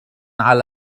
على